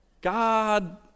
God